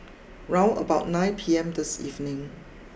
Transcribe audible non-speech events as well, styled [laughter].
[noise] round about nine P M this evening